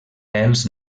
pèls